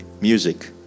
music